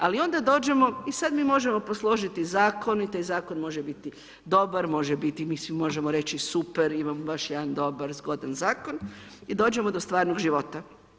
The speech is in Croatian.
Ali onda dođemo i sad mi možemo posložiti i zakoni i zakon može biti dobar, može biti mi svi možemo reći super imam baš jedan dobar, zgodan zakon i dođemo do stvarnog života.